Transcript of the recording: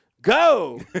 Go